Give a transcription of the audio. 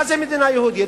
מה זה מדינה יהודית?